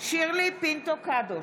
שירלי פינטו קדוש,